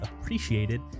appreciated